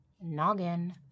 noggin